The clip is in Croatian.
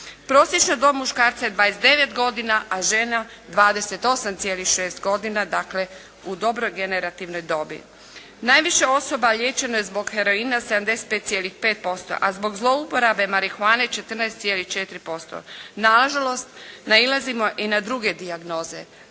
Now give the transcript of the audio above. Prosječna dob muškarca je 29 godina. A žena 28,6 godina dakle u dobroj generativnoj dobi. Najviše osoba liječeno je zbog heroina 75,5%. A zbog zlouporabe marihuane 14,4%. Nažalost nailazimo i na druge dijagnoze